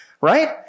right